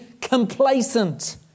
complacent